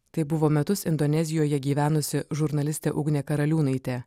tai buvo metus indonezijoje gyvenusi žurnalistė ugnė karaliūnaitė